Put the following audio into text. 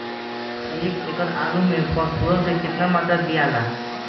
एक एकड़ आलू मे फास्फोरस के केतना मात्रा दियाला?